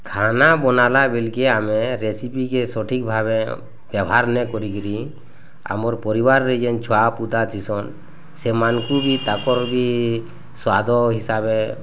ଖାନା ବନାନା ବୋଲିକି ଆମେ ରେସିପିକେ ସଠିକ୍ ଭାବେ ବ୍ୟବହାର୍ ନାଇଁ କରିକିରି ଆମର ପରିବାରରେ ଯେନ୍ ଛୁଆ ପୋତା ଦିଶନ୍ ସେମାନଙ୍କୁ ବି ତାଙ୍କର ବି ସ୍ୱାଦ ହିସାବେ